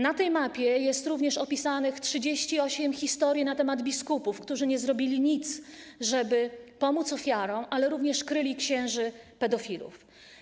Na tej mapie jest również opisanych 38 historii na temat biskupów, którzy nie zrobili nic, żeby pomóc ofiarom, ale również kryli księży pedofilów.